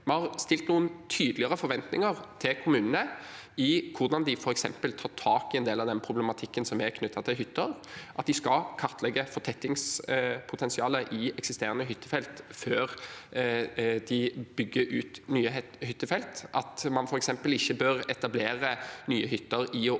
Vi har stilt noen tydeligere forventninger til kommunene om hvordan de f.eks. tar tak i en del av den problematikken som er knyttet til hytter, bl.a. at man skal kartlegge fortettingspotensialet i eksisterende hyttefelt før man bygger ut nye hyttefelt, og at man f.eks. ikke bør etablere nye hytter i og